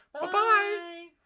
Bye-bye